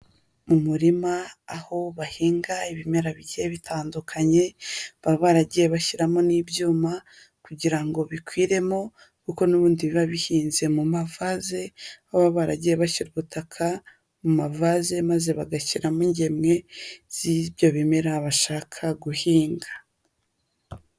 Mu murima aho bahinga ibimera bigiye bitandukanye, baba baragiye bashyiramo n'ibyuma kugira ngo bikwiremo kuko nubundi baba bihinze mu mavase, baba baragiye bashyira ubutaka mu mavase maze bagashyiramo ingemwe z'ibyo bimera bashaka guhinga.